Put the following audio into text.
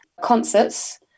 Concerts